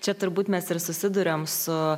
čia turbūt mes ir susiduriam su